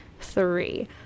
three